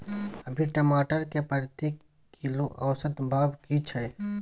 अभी टमाटर के प्रति किलो औसत भाव की छै?